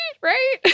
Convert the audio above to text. right